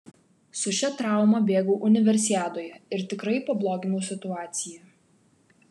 su šia trauma bėgau universiadoje ir tikrai pabloginau situaciją